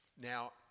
Now